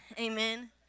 Amen